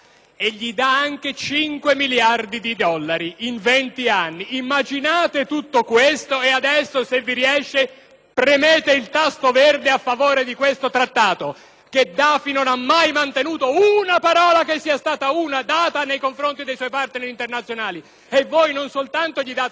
premete il tasto verde a favore di questo Trattato. Gheddafi non ha mai mantenuto una sola volta la parola data nei confronti dei suoi *partners* internazionali e voi non soltanto gli date dei quattrini, ma glieli date per sopprimere la libertà, i diritti umani e lo Stato di diritto in quel Paese.